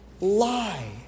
lie